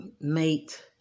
mate